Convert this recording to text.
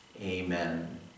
Amen